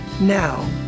Now